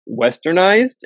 westernized